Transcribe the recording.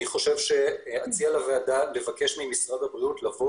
אני מציע לוועדה לבקש ממשרד הבריאות לבוא